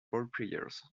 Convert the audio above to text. ballplayers